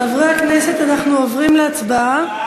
חברי הכנסת, אנחנו עוברים להצבעה.